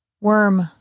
Worm